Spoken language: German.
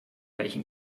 welchen